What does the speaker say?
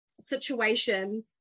situation